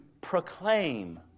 proclaim